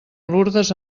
lurdes